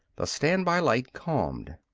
the standby light calmed.